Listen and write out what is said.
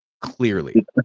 Clearly